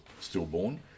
stillborn